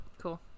cool